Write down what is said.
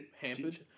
hampered